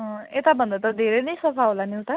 अँ यताभन्दा त धेरै नै सफा होला नि उता